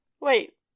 Wait